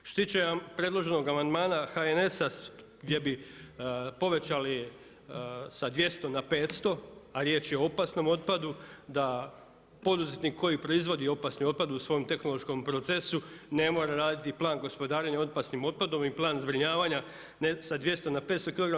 Što se tiče predloženog amandmana HNS-a gdje bi povećali sa 200 na 500, a riječ je o opasnom otpadu, da poduzetnik koji proizvodi opasni otpad u svom tehnološkom procesu ne mora raditi plan gospodarenja opasnim otpadom i plan zbrinjavanja ne sa 200 na 500 kg.